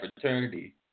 fraternity